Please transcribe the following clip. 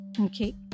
Okay